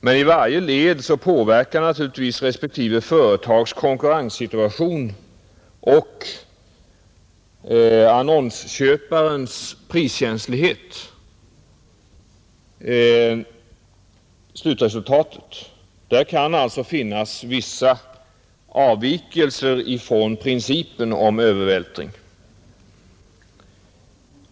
Men i varje led påverkar naturligtvis respektive företags konkurrenssituation och annonsköparens priskänslighet slutresultatet. Där kan det alltså bli vissa avvikelser från principen om total övervältring.